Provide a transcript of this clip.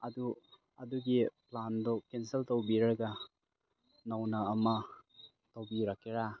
ꯑꯗꯨ ꯑꯗꯨꯒꯤ ꯄ꯭ꯂꯥꯟꯗꯣ ꯀꯦꯟꯁꯦꯜ ꯇꯧꯕꯤꯔꯒ ꯅꯧꯅ ꯑꯃ ꯇꯧꯕꯤꯔꯛꯀꯦꯔꯥ